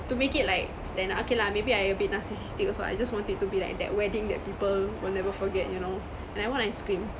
to make it like stand out okay lah maybe I'm a bit narcissistic also I just want it to be like that wedding that people will never forget you know and I want ice cream